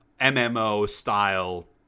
MMO-style